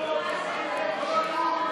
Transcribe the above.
שהגיע לגיל פרישה),